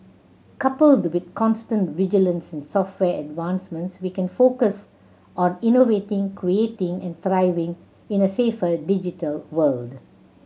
coupled with constant vigilance and software advancements we can focus on innovating creating and thriving in a safer digital world